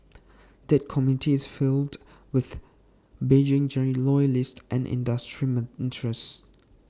that committee is filled with Beijing loyalists and industry men interests